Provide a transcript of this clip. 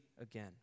again